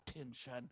attention